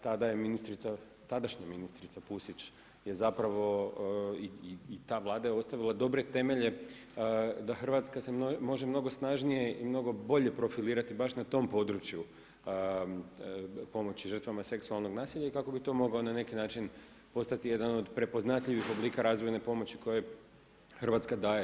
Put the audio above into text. Tada je ministrica, tadašnja ministrica Pusić je zapravo i ta Vlada je ostavila dobre temelje da Hrvatska se može mnogo snažnije i mnogo bolje profilirati baš na tom području pomoći žrtvama seksualnog nasilja i kako bi to mogao na neki način postati jedan od prepoznatljivih oblika razvojne pomoći koje Hrvatska daje.